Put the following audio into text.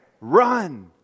run